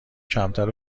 کمتر